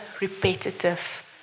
repetitive